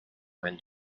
when